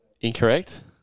Incorrect